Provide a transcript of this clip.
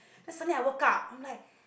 then suddenly I woke up I'm like